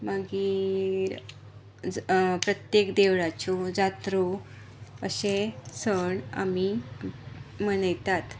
मागीर प्रत्येक देवळाच्यो जात्रो अशे सण आमी मनयतात